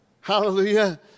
Hallelujah